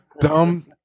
dumb